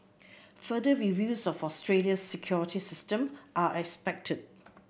further reviews of Australia's security system are expected